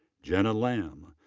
jenna lamb.